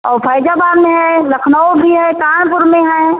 औ फैजाबाद में है लखनऊ भी है कानपुर में है